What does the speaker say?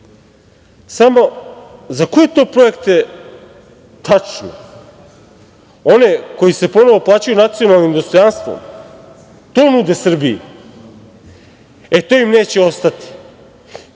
računima.Za koje to projekte tačno rade? One koji se ponovo plaćaju nacionalnim dostojanstvom? To nude Srbiji. E, to im neće moći,